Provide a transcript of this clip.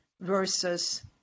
versus